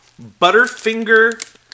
Butterfinger